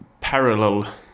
parallel